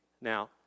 Now